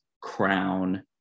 crown